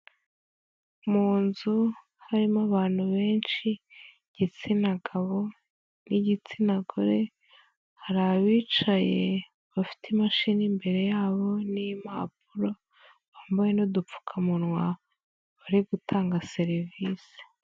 Mu nzu harimo abantu benshi igitsina gabo n'igitsina gore, hari abicaye bafite imashini imbere yabo n'impapuro, bambaye n'udupfukamunwa bari gutanga serivise.